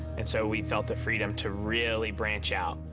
and so we felt the freedom to really branch out.